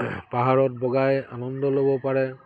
পাহাৰত বগাই আনন্দ ল'ব পাৰে